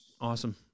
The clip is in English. Awesome